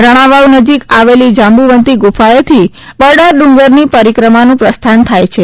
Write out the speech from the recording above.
રાણાવાવ નજીક આવેલ જાંબુવતી ગુફાએથી બરડા ડુંગરની પરિક્રમાનું પ્રસ્થાન થાય છે